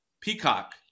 Peacock